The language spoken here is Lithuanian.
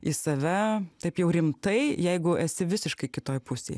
į save taip jau rimtai jeigu esi visiškai kitoj pusėj